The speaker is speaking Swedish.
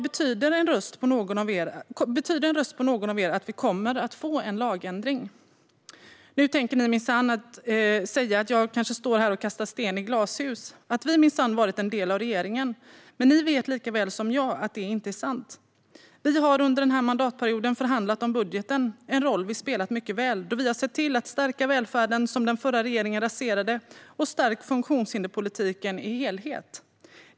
Betyder en röst på någon av er att vi kommer att få en lagändring? Nu tänker ni kanske säga att jag minsann står här och kastar sten i glashus och att vi minsann varit en del av regeringen. Men ni vet lika väl som jag att det inte är sant. Vi har under den här mandatperioden förhandlat om budgeten - en roll vi spelat mycket väl, då vi har sett till att stärka välfärden, som den förra regeringen raserade, och stärka funktionshinderspolitiken i dess helhet.